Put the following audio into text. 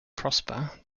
prosper